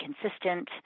consistent